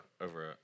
over